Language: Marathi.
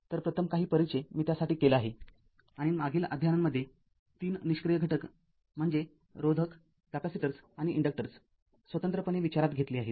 तर प्रथम काही परिचय मी त्यासाठी केला आहे मागील अध्यायांमध्ये ३ निष्क्रिय घटक म्हणजे रोधक कॅपेसिटरर्स आणि इन्डक्टर्स स्वतंत्रपणे विचारात घेतले आहेत